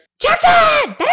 Jackson